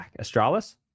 Astralis